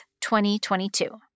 2022